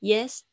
Yes